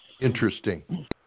Interesting